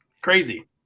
Crazy